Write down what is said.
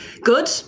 Good